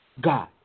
God